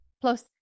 Plus